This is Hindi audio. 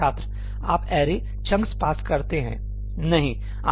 छात्रआप ऐरेचंकस पास करते हैं